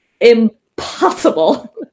impossible